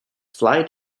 fly